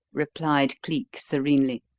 replied cleek serenely.